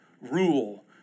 rule